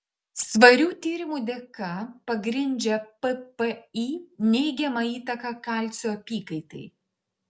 svarių tyrimų dėka pagrindžia ppi neigiamą įtaką kalcio apykaitai